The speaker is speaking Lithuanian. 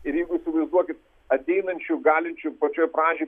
ir jeigu įsivaizduokit ateinančių galinčių pačioj pradžioj